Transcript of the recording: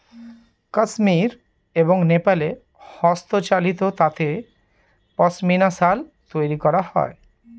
কাশ্মির এবং নেপালে হস্তচালিত তাঁতে পশমিনা শাল তৈরী করা হয়